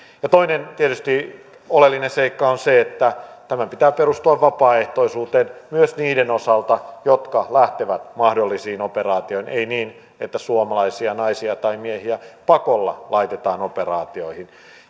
toinen tietysti oleellinen seikka on se että tämän pitää perustua vapaaehtoisuuteen myös niiden osalta jotka lähtevät mahdollisiin operaatioihin ei niin että suomalaisia naisia tai miehiä pakolla laitetaan operaatioihin